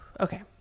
okay